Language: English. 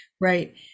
Right